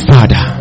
Father